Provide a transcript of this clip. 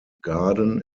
garden